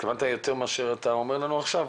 התכוונת יותר ממה שאתה אומר לנו עכשיו?